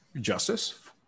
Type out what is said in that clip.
Justice